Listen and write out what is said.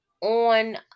on